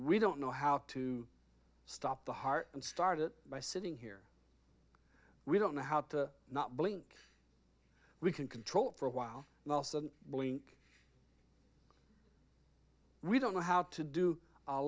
we don't know how to stop the heart and start it by sitting here we don't know how to not blink we can control it for a while and also blink we don't know how to do a